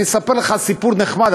אני אספר לך סיפור נחמד,